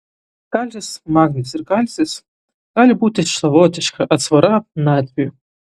kalis magnis ir kalcis gali būti savotiška atsvara natriui